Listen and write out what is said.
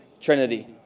Trinity